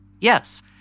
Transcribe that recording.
Yes